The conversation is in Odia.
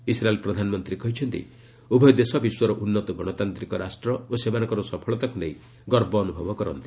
ଇସ୍ରାଏଲ୍ ପ୍ରଧାନମନ୍ତ୍ରୀ କହିଛନ୍ତି ଉଭୟ ଦେଶ ବିଶ୍ୱର ଉନ୍ନତ ଗଣତାନ୍ତିକ ରାଷ୍ଟ୍ର ଓ ସେମାନଙ୍କର ସଫଳତାକୁ ନେଇ ଗର୍ବ ଅନୁଭବ କରୁଛନ୍ତି